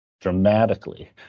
dramatically